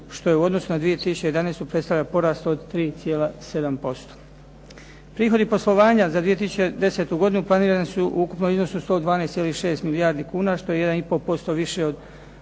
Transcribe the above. što je u odnosu na 2011. predstavlja porast od 3,7%. Prihodi poslovanja za 2010. godinu planirani su u ukupnom iznosu od 112,6 milijardi kuna što je 1,5% više od